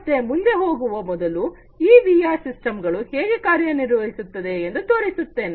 ಮತ್ತೆ ಮುಂದೆ ಹೋಗುವ ಮೊದಲು ಈ ವಿಆರ್ ಸಿಸ್ಟಮ್ ಗಳು ಹೇಗೆ ಕಾರ್ಯನಿರ್ವಹಿಸುತ್ತದೆ ಎಂದು ತೋರಿಸುತ್ತೇನೆ